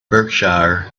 berkshire